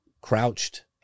crouched